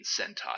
Sentai